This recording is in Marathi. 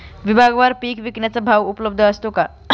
विभागवार पीक विकण्याचा भाव उपलब्ध असतो का?